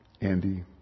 Andy